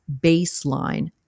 baseline